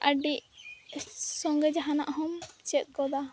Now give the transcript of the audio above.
ᱟᱹᱰᱤ ᱥᱚᱸᱜᱮ ᱡᱟᱦᱟᱱᱟᱜᱦᱚᱸᱢ ᱪᱮᱫᱜᱚᱫᱟ